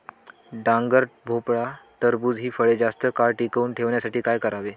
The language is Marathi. डांगर, भोपळा, टरबूज हि फळे जास्त काळ टिकवून ठेवण्यासाठी काय करावे?